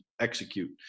execute